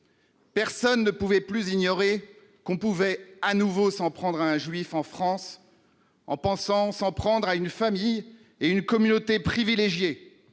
Personne ne pouvait plus ignorer qu'on pouvait de nouveau s'en prendre à un juif en France en pensant s'en prendre à une famille, à une communauté privilégiée,